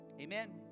Amen